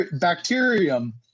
bacterium